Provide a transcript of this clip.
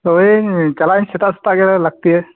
ᱳᱭ ᱪᱟᱞᱟᱜ ᱟᱹᱧ ᱥᱮᱛᱟᱜ ᱥᱮᱛᱟᱜ ᱜᱮ ᱞᱟᱹᱠᱛᱤ